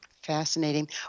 Fascinating